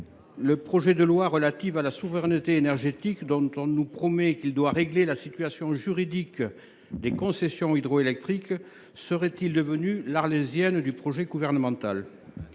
le projet de loi relatif à la souveraineté énergétique, qui, nous promet on, doit régler la situation juridique des concessions hydroélectriques, serait il devenu l’Arlésienne de la politique gouvernementale ?